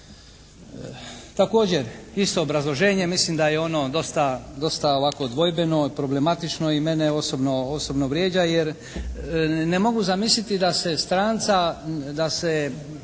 Također isto obrazloženje. Mislim da je ono dosta ovako dvojbeno i problematično i mene osobno vrijeđa jer ne mogu zamisliti da se stranca, da se